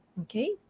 Okay